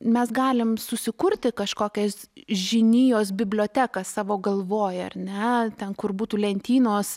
mes galim susikurti kažkokias žinijos biblioteką savo galvoj ar ne ten kur būtų lentynos